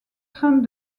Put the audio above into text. trains